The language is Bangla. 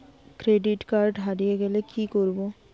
ক্রেডিট কার্ড হারিয়ে গেলে কি করব?